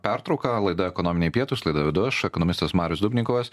pertrauką laida ekonominiai pietūs laidą vedu aš ekonomistas marius dubnikovas